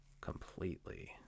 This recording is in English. Completely